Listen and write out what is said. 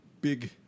big